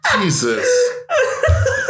Jesus